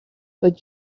but